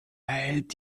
erhält